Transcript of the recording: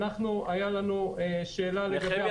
היה לנו שאלה -- נחמיה,